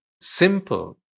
simple